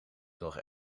nog